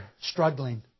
struggling